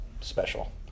special